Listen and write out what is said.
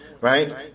right